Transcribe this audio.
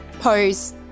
pose